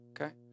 okay